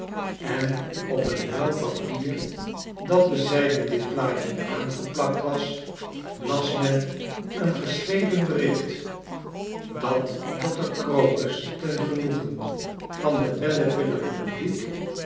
en op een vel papier dat bezijden dit plaatje aangeplakt was las men een geschreven bericht dat dr crocus ten genoegen van het belleviller publiek